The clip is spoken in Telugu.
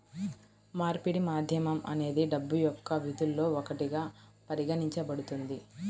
మార్పిడి మాధ్యమం అనేది డబ్బు యొక్క విధుల్లో ఒకటిగా పరిగణించబడుతుంది